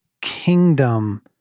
kingdom